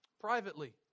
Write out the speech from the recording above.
Privately